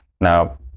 now